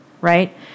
right